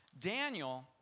Daniel